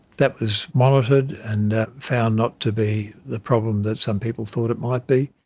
that was monitored and found not to be the problem that some people thought it might be.